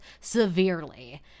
severely